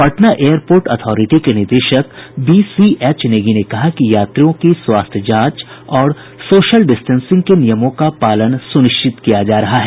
Patna airport authority के निदेशक BCH Negi ने कहा कि यात्रियों की स्वास्थ्य जांच और सोशल डिस्टेंसिंग के नियमों का पालन सुनिश्चित किया जा रहा है